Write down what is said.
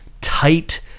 tight